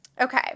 Okay